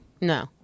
No